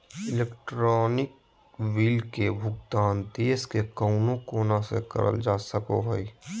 electronic bill के भुगतान देश के कउनो कोना से करल जा सको हय